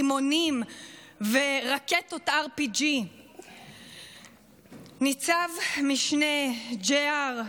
עם רימונים ועם רקטות RPG. ניצב משנה ג'יי אר דוידוב,